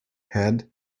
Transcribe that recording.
head